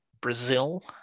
Brazil